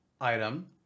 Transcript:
item